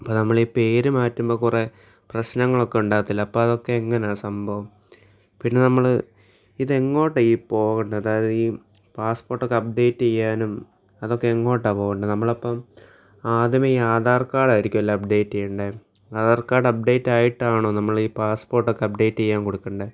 അപ്പം നമ്മൾ ഈ പേരു മാറ്റുമ്പം കുറേ പ്രശ്നങ്ങളൊക്കെ ഉണ്ടാകത്തില്ലേ അപ്പം അതൊക്കെ എങ്ങനാ സംഭവം പിന്നെ നമ്മൾ ഇതെങ്ങോട്ടാണ് ഈ പോകേണ്ടത് അതായത് ഈ പാസ്സ് പോർട്ടൊക്കെ അപ്പ് ഡേറ്റ് ചെയ്യാനും അതൊക്കെ എങ്ങോട്ടാണ് പോകേണ്ടത് നമ്മളിപ്പം ആദ്യമേ ഈ ആധാർ കാർഡായിരിക്കുമല്ലേ അപ്പ് ഡേറ്റ് ചെയ്യേണ്ടേ ആധാർ കാർഡ് അപ്പ് ഡേറ്റായിട്ടാണോ നമ്മളീ പാസ്സ് പോർട്ടൊക്കെ അപ്പ് ഡേറ്റ് ചെയ്യാൻ കൊടുക്കണ്ടേ